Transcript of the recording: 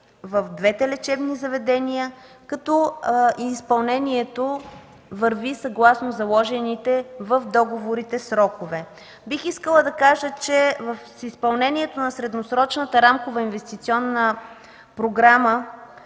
в двете лечебни заведения, като изпълнението върви съгласно заложените в договорите срокове. Бих искала да кажа, че в изпълнението на Средносрочната рамкова инвестиционна програма